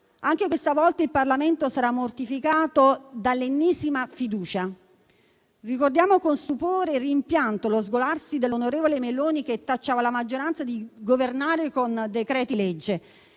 Anche questa volta il Parlamento sarà mortificato dall'ennesima fiducia. Ricordiamo con stupore e rimpianto lo sgolarsi dell'onorevole Meloni che tacciava la maggioranza di governare con decreti-legge;